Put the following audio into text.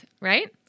right